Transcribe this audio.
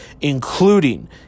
including